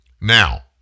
Now